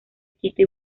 quito